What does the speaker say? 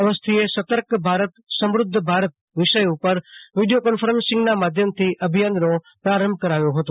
અવસ્થીએ સતર્ક ભારત સમૃદ્ધ ભારત વિષય ઉપર વીડિયો કોન્ફરન્સના માધ્યમથી અભિયાનનો આરંભ કરાવ્યો હતો